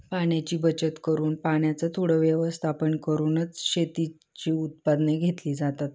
पाण्याची बचत करून पाण्याचं थोडं व्यवस्थापन करूनच शेतीची उत्पादने घेतली जातात